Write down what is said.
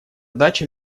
дача